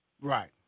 Right